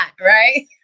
right